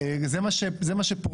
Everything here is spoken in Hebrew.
זה מה שפורסם.